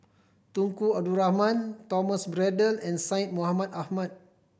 Tunku Abdul Rahman Thomas Braddell and Syed Mohamed Ahmed